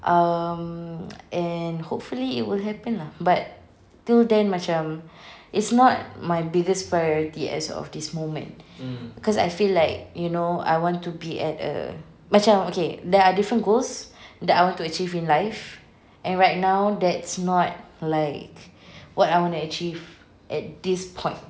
um and hopefully it will happen lah but till then macam it's not my biggest priority as of this moment because I feel like you know I want to be at a macam okay there are different goals that I want to achieve in life and right now that's not like what I want to achieve at this point